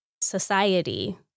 society